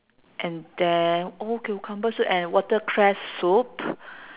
and then old cucumber soup and watercress soup